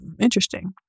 interesting